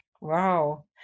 Wow